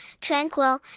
tranquil